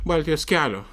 baltijos kelio